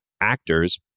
actors